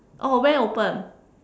oh when open